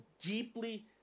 deeply